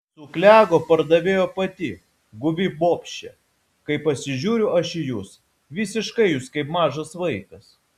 suklego pardavėjo pati guvi bobšė kai pasižiūriu aš į jus visiškai jūs kaip mažas vaikas